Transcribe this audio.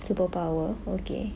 superpower okay